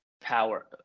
power